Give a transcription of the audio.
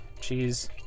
Cheese